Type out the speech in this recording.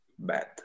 bad